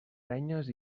renyes